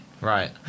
Right